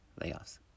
layoffs